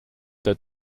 the